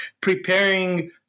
preparing